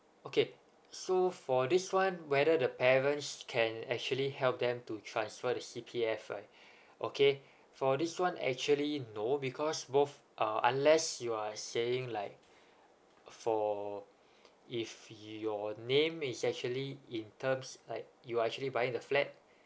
okay so for this one whether the parents can actually help them to transfer the C_P_F right okay for this one actually no because both uh unless you are saying like for if your name is actually in terms like you're actually buying the flat